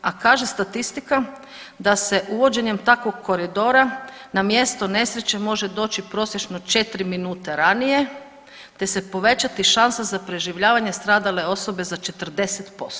A kaže statistika, da se uvođenjem takvog koridora na mjesto nesreće može doći prosječno četiri minute ranije, te se povećati šansa za preživljavanje stradale osobe za 40%